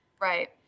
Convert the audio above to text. Right